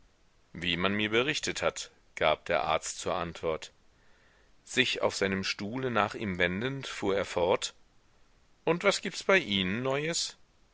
wie man mir berichtet hat gab der arzt zur antwort sich auf seinem stuhle nach ihm wendend fuhr er fort und was gibts bei ihnen neues